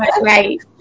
Right